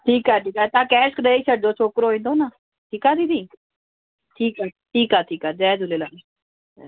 ठीकु आहे ठीकु आहे तव्हां कैश ॾेई छॾिजो छोकिरो ईंदो ना ठीकु आहे दीदी ठीकु आहे ठीकु आहे ठीकु आहे जय झूलेलाल जय